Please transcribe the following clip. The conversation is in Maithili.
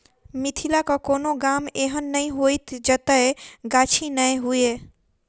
मिथिलाक कोनो गाम एहन नै होयत जतय गाछी नै हुए